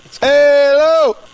hello